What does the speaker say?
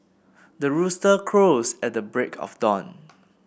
the rooster crows at the break of dawn